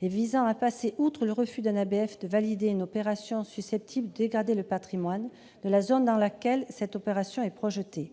visant à passer outre le refus d'un ABF de valider une opération susceptible de dégrader le patrimoine de la zone dans laquelle cette opération est projetée.